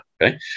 okay